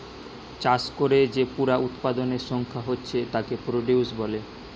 চাষ কোরে যে পুরা উৎপাদনের সংখ্যা হচ্ছে তাকে প্রডিউস বলে